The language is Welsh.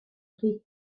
rhys